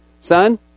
Son